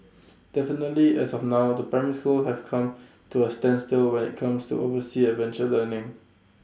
definitely as of now the primary schools have come to A standstill when IT comes to overseas adventure learning